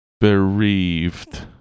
Bereaved